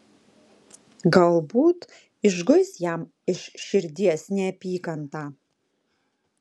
galbūt išguis jam iš širdies neapykantą